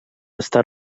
està